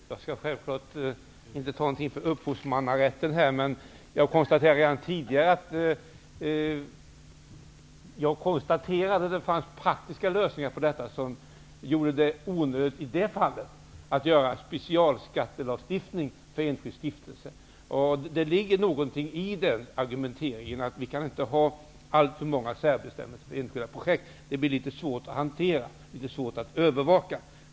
Herr talman! Jag skall självfallet inte ta någonting för upphovsrätten här. Emellertid konstaterade jag att det fanns praktiska lösningar som gjorde det onödigt att införa en specialskattelagstiftning för enskild stiftelse. Det ligger någonting i argumentet att vi inte kan ha alltför många särbestämmelser för enskilda projekt. Det blir svårt att hantera och svårt att övervaka.